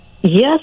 Yes